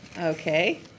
Okay